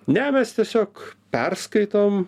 ne mes tiesiog perskaitome